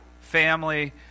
family